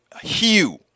hue